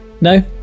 no